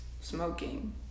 smoking